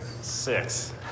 Six